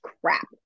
crap